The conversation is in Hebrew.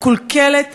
מקולקלת,